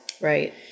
Right